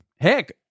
Heck